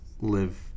live